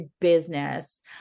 business